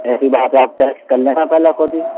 ایسی بات ہے آپ ٹیسٹ کر لینا پہلے خود ہی